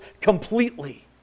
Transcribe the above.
completely